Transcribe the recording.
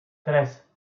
tres